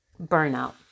burnout